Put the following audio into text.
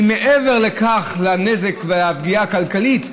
מעבר לנזק ולפגיעה הכלכלית,